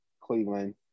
Cleveland